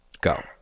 go